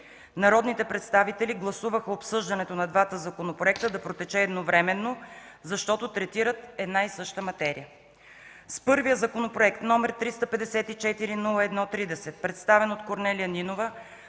Народните представители гласуваха обсъждането на двата законопроекта да протече едновременно, защото третират една и съща материя. С първия законопроект, № 354-01-30, представен от Корнелия Нинова,